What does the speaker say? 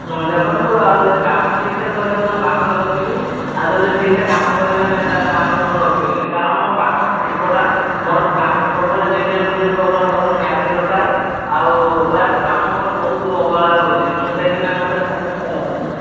ଦେଖନ୍ତୁ ଆଉ ଯଦି କାମ ଠିକ୍ସେ କରିବ ତ ମୁଁ କାମରେ ରଖିବି ଆଉ ଯଦି ଠିକ୍ସେ କାମ କରିବେ ନାହିଁ ତା'ହେଲେ କାମରେ ମୁଁ ରଖିବି ନାହିଁ କାରଣ ମୋ କାମ ଇମ୍ପୋଟାଣ୍ଟ ମୋର କାମ ସବୁବେଳେ ନୀଟ୍ ଆଣ୍ଡ କ୍ଲିନ୍ ସବୁବେଳେ ମୋତେ ନିହାତି ଦରକାର ଆଉ ପ୍ରାୟତଃ କାମ ମୋର ବହୁତ ଅବହେଳା ରହୁଛି ମୁଁ ସେଇଥିପାଇଁ ମୋତେ ସାାଟିସ୍ଫାଇ ଲାଗୁନି